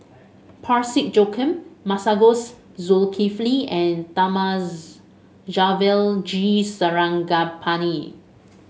Parsick Joaquim Masagos Zulkifli and Thamizhavel G Sarangapani